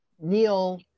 Neil